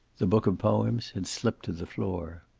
the book of poems had slipped to the floor.